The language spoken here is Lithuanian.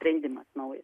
sprendimas naujas